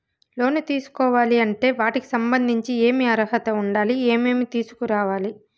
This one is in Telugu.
లోను తీసుకోవాలి అంటే వాటికి సంబంధించి ఏమి అర్హత ఉండాలి, ఏమేమి తీసుకురావాలి